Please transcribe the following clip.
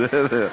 בסדר.